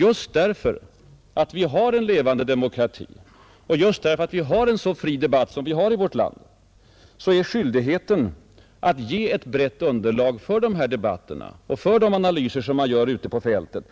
Just därför att vi har en levande demokrati, just därför att vi har en så fri debatt som vi har i vårt land är skyldigheten att ge ett brett underlag för dessa debatter och för de analyser som man gör ute på fältet